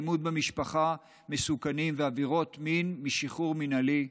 אלימות במשפחה ועבירות מין משחרור מינהלי,